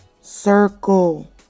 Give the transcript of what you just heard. circle